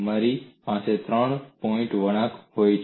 તમારી પાસે ત્રણ પોઇન્ટ વળાંક હોઈ શકે છે